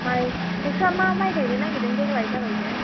माय नोंस्रा मा माय गायनो नागिरदों देग्लाय जामायजो